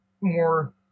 more